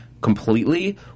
completely